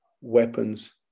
weapons